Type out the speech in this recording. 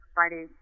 Friday